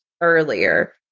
earlier